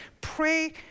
pray